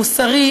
מוסרי,